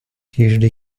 usually